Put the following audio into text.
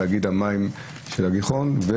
תאגיד המים של הגיחון.